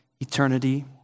eternity